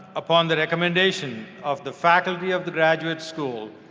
upon the recommendation of the faculty of the graduate school,